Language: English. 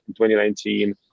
2019